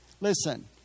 Listen